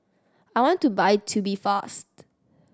I want to buy Tubifast